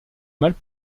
mâles